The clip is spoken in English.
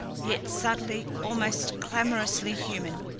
yet subtly, almost clamorously human.